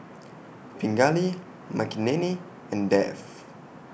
Pingali Makineni and Dev